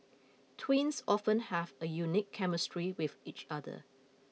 twins often have a unique chemistry with each other